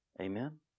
Amen